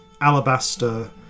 alabaster